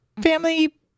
family